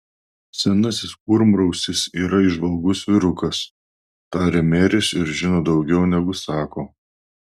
senasis kurmrausis yra įžvalgus vyrukas tarė meris ir žino daugiau negu sako